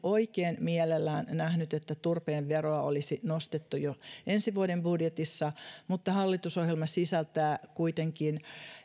oikein mielelläni nähnyt että turpeen veroa olisi nostettu jo ensi vuoden budjetissa mutta hallitusohjelma sisältää kuitenkin